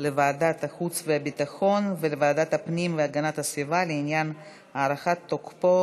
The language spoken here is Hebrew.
לוועדת החוץ והביטחון ולוועדת הפנים והגנת הסביבה לעניין הארכת תוקפו